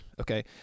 Okay